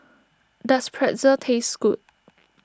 does Pretzel taste good